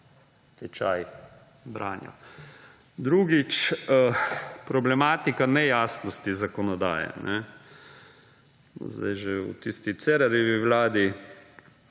tečaj branja. Drugič. Problematika nejasnosti zakonodaje. Sedaj že v tisti Cerarjevi vladi